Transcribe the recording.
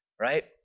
right